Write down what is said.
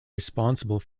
responsible